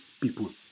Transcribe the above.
people